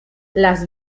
las